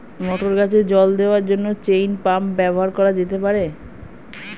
মটর গাছে জল দেওয়ার জন্য চেইন পাম্প ব্যবহার করা যেতে পার?